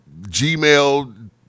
Gmail